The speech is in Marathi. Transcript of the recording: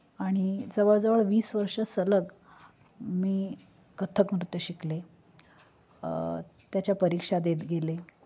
आणि जवळजवळ वीस वर्ष सलग मी कथ्थक नृत्य शिकले त्याच्या परीक्षा देत गेले